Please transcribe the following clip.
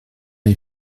est